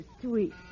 sweet